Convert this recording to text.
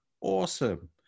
Awesome